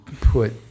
put